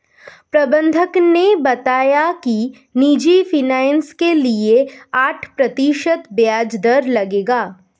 प्रबंधक ने बताया कि निजी फ़ाइनेंस के लिए आठ प्रतिशत ब्याज दर लगेगा